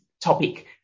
topic